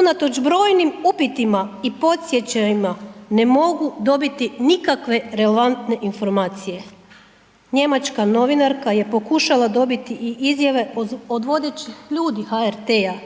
unatoč brojnim upitima i podsjećajima ne mogu dobiti nikakve relevantne informacije. Njemačka novinarka je pokušala dobiti i izjave od vodećih ljudi HRT-a,